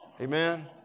Amen